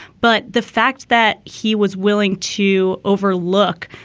but the fact that he was willing to overlook,